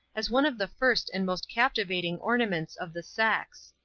as one of the first and most captivating ornaments of the sex.